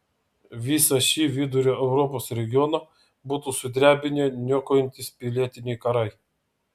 visą šį vidurio europos regioną būtų sudrebinę niokojantys pilietiniai karai